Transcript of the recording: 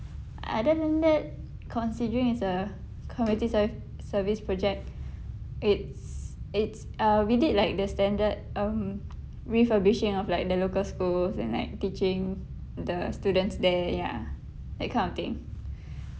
other than that considering it's a community ser~ service project it's it's uh we did like the standard um refurbishing of like the local schools and like teaching the students there ya that kind of thing